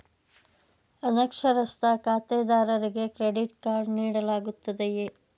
ಅನಕ್ಷರಸ್ಥ ಖಾತೆದಾರರಿಗೆ credit card ನೀಡಲಾಗುತ್ತದೆಯೇ?